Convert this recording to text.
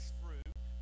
fruit